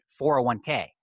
401k